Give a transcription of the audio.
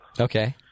Okay